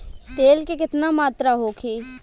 तेल के केतना मात्रा होखे?